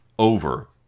over